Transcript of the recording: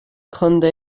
contae